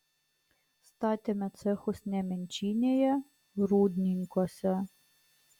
statėme cechus nemenčinėje rūdninkuose